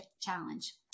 challenge